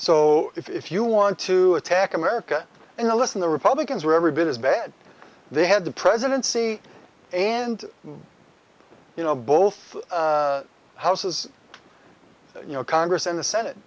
so if you want to attack america in a listen the republicans were every bit as bad they had the presidency and you know both houses you know congress and the senate